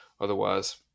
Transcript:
otherwise